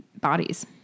bodies